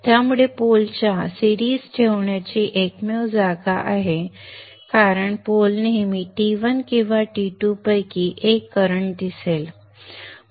त्यामुळे पोल च्या बरोबर सिरीज ठेवण्याची एकमेव जागा आहे कारण पोल नेहमी T1 किंवा T2 पैकी एक करंट दिसेल